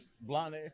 blonde